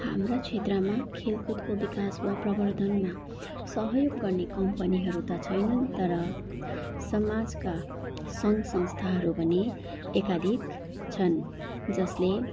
हाम्रा छेत्रमा खेलकुदको विकास वा प्रबन्धनमा सहयोग गर्ने कम्पनीहरू त छैनन् तर समाजका सङ्घ संस्थाहरू भने एकाधिक छन् जसले